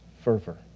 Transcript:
fervor